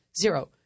Zero